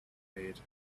made